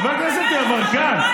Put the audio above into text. חבר הכנסת יברקן,